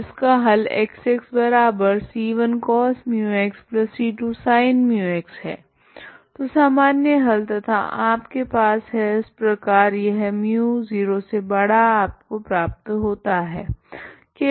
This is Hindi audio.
तो इसका हल X c1cos μxc2sin μx है तो सामान्य हल तथा आपके पास है इस प्रकार यह μ0 आपको प्राप्त होता है